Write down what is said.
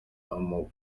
amakuru